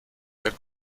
der